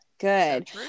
Good